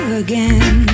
again